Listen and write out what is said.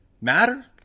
Matter